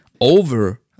over